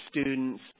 students